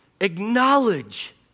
acknowledge